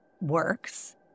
works